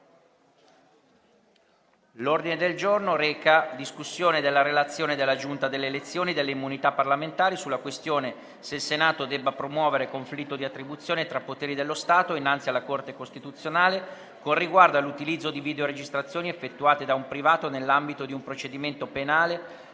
apre una nuova finestra") ***Relazione della Giunta delle elezioni e delle immunità parlamentari sulla questione*** ***se il Senato debba promuovere conflitto di attribuzione tra poteri dello Stato innanzi alla Corte costituzionale con riguardo all'utilizzo di videoregistrazioni effettuate da un privato nell'ambito di un procedimento penale